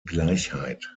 gleichheit